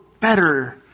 better